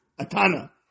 Atana